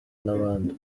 n’abandi